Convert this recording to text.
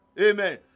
Amen